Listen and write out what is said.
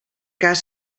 cas